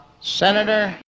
Senator